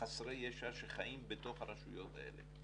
חסרי ישע שהם חיים ברשויות האלה,